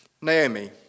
Naomi